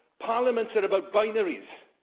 parliaments are about binaries.